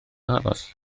aros